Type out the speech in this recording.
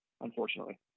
unfortunately